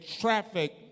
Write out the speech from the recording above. traffic